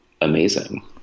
amazing